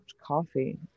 coffee